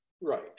Right